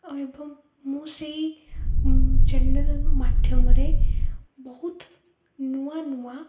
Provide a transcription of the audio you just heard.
ଏବଂ ମୁଁ ସେଇ ଚ୍ୟାନେଲ୍ ମାଧ୍ୟମରେ ବହୁତ ନୂଆ ନୂଆ